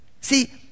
See